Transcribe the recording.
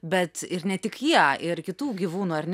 bet ir ne tik jie ir kitų gyvūnų ar ne